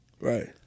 Right